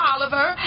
Oliver